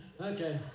okay